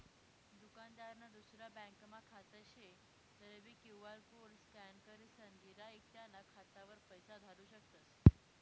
दुकानदारनं दुसरा ब्यांकमा खातं शे तरीबी क्यु.आर कोड स्कॅन करीसन गिराईक त्याना खातावर पैसा धाडू शकतस